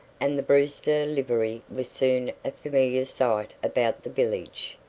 and the brewster livery was soon a familiar sight about the village.